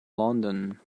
london